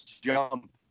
jump